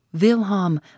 Wilhelm